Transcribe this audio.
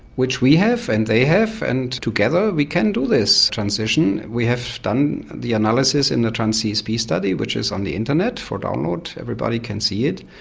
which we have and they have and together we can do this transition, we have done the analysis in the trans-csp study which is on the internet for download, everybody can see it,